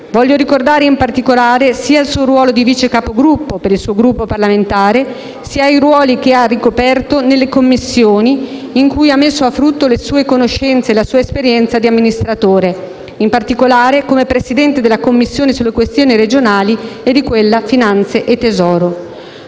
Voglio ricordare, in particolare, sia il suo ruolo di Vice Capogruppo, per il suo Gruppo parlamentare, sia i ruoli che ha ricoperto nelle Commissioni in cui ha messo a frutto le sue conoscenze e la sua esperienza di amministratore, in particolare come Presidente della Commissione sulle questioni regionali e di quella finanze e tesoro.